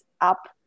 up